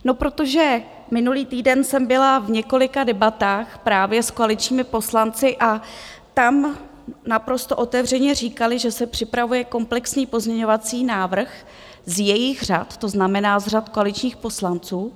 No, protože minulý týden jsem byla v několika debatách právě s koaličními poslanci a tam naprosto otevřeně říkali, že se připravuje komplexní pozměňovací návrh z jejich řad, to znamená z řad koaličních poslanců.